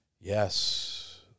Yes